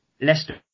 Leicester